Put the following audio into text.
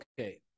okay